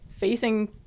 facing